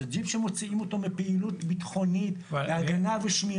זה ג'יפ שמוציאים אותו מפעילות ביטחוני להגנה ושמירה.